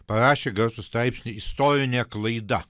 parašė garsų straipsnį istorinė klaida